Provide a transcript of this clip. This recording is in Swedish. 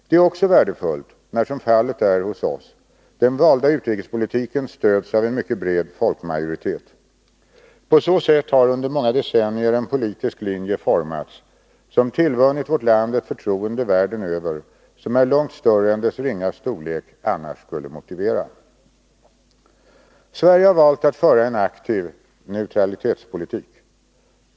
Det är också värdefullt när, som fallet är hos oss, den valda utrikespolitiken stöds av en mycket bred folkmajoritet. På så sätt har under många decennier en politisk linje formats, som tillvunnit vårt land ett förtroende världen över som är långt större än vårt lands ringa storlek annars skulle motivera. Sverige har valt att föra en aktiv neutralitetspolitik.